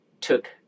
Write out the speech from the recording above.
took